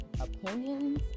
opinions